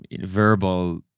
verbal